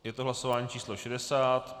Je to hlasování číslo 60.